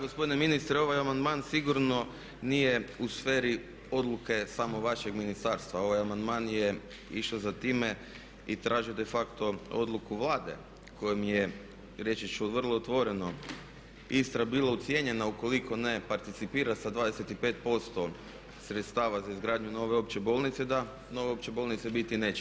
Da gospodine ministre, ovaj amandman sigurno nije u sferi odluke samo vašeg ministarstva, ovaj amandman je išao za time i tražio de facto odluku Vlade kojom je reći ću vrlo otvoreno Istra bila ucijenjena ukoliko ne participira sa 25% sredstava za izgradnju nove opće bolnice da nove opće bolnice biti neće.